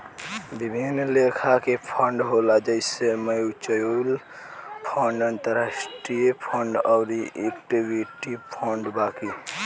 विभिन्न लेखा के फंड होला जइसे म्यूच्यूअल फंड, अंतरास्ट्रीय फंड अउर इक्विटी फंड बाकी